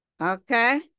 Okay